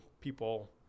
people